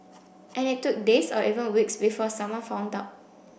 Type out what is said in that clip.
and it took days or even weeks before someone found out